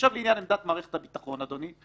עכשיו לעניין עמדת מערכת הביטחון, אדוני.